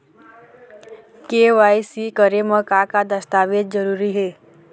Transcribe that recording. KYC करे म का का दस्तावेज जरूरी हे?